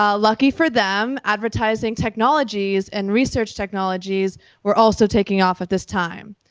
um lucky for them, advertising technologies and research technologies were also taking off at this time.